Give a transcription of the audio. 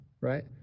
right